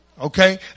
Okay